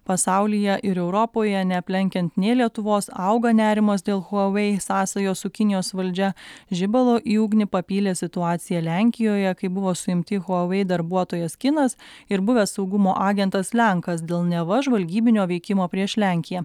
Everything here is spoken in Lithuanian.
pasaulyje ir europoje neaplenkiant nė lietuvos auga nerimas dėl huawei sąsajos su kinijos valdžia žibalo į ugnį papylė situacija lenkijoje kai buvo suimti huawei darbuotojas kinas ir buvęs saugumo agentas lenkas dėl neva žvalgybinio veikimo prieš lenkiją